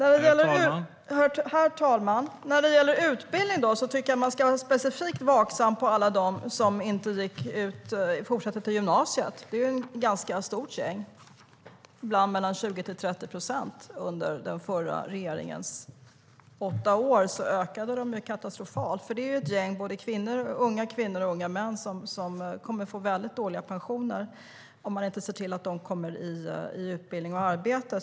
Herr talman! När det gäller utbildning ska man vara vaksam på alla som inte har fortsatt till gymnasiet. Det är ett ganska stort gäng, ibland upp till 20-30 procent. Under den förra regeringens åtta år ökade de katastrofalt. Det är ett gäng unga, både kvinnor och män, som kommer att få väldigt dåliga pensioner om man inte ser till att de kommer i utbildning och arbete.